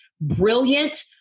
brilliant